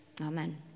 Amen